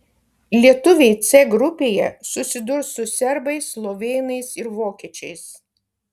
lietuviai c grupėje susidurs su serbais slovėnais ir vokiečiais